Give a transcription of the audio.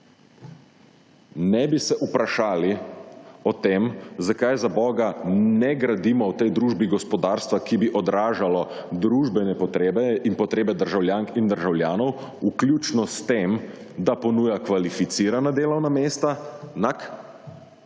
Ne bi se vprašali o tem, zakaj »za boga« ne gradimo v tej družbi gospodarstva, ki bi odražalo družbene potrebe in potrebe državljank in državljanov vključno s tem, da ponuja kvalificirana delovna mesta, nak,